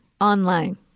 Online